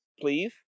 Please